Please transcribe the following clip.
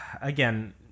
again